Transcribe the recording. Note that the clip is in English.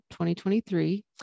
2023